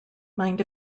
mind